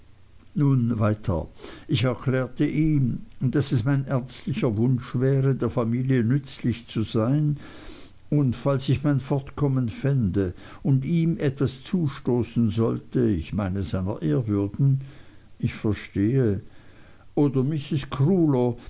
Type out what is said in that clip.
nun weiter ich erklärte ihm daß es mein ernstlichster wunsch wäre der familie nützlich zu sein und falls ich mein fortkommen fände und ihm etwas zustoßen sollte ich meine seiner ehrwürden ich verstehe oder mrs